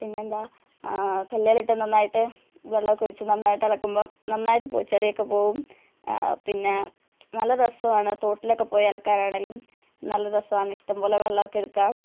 പിന്നെ എന്താണ് കല്ലിലിട്ട് നന്നായിട്ട് വെള്ളമൊക്കെ ഒഴിച്ച് നന്നായിട്ട് അലക്കുമ്പം നന്നായിട്ട് പോയി ചെളിയൊക്കെ പോവും പിന്നെ നല്ല രസമാണ് തോട്ടിലൊക്കെ പോയി അലക്കാനാണെങ്കിലും നല്ല രസമാണ് ഇഷ്ടംപോലെ വെളളം ഒക്കെ എടുക്കാം